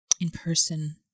in-person